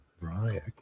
Right